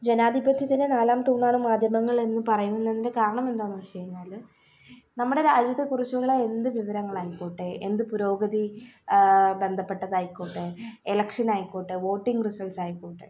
ജനാധിപത്യത്തിന്റെ നാലാം തൂണാണ് മാധ്യമങ്ങളെന്ന് പറയുന്നതിന്റെ കാരണമെന്താന്ന് വെച്ച് കഴിഞ്ഞാല് നമ്മുടെ രാജ്യത്തെക്കുറിച്ചുള്ള എന്ത് വിവരങ്ങളായിക്കോട്ടെ എന്ത് പുരോഗതി ബന്ധപ്പെട്ടതായിക്കോട്ടെ ഇലക്ഷൻ ആയിക്കോട്ടെ വോട്ടിങ് റിസൾട്ട് ആയിക്കോട്ടെ